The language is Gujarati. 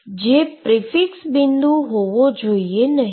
જે પ્રીફિક્સ બિંદુએ હોવો જોઈએ નહી